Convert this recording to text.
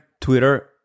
twitter